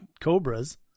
Cobras